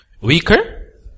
weaker